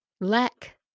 lack